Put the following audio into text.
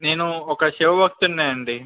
నేను ఒక శివ భక్తుడినే అండి